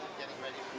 getting ready